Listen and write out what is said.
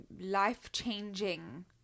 life-changing